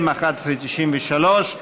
מ/1193.